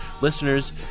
Listeners